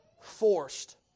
forced